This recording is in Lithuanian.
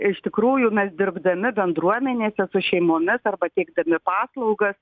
ir iš tikrųjų mes dirbdami bendruomenėse su šeimomis arba teikdami paslaugas